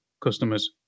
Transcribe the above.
customers